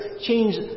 change